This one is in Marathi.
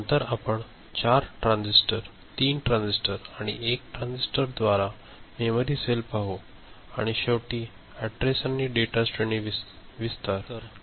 नंतर आपण 4 ट्रान्झिस्टर 3 ट्रान्झिस्टर आणि 1 ट्रान्झिस्टर द्वारा मेमरी सेल पाहू आणि शेवटी ऍड्रेस आणि डेटा श्रेणी विस्तार कसा करता येईल ते पाहू